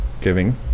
giving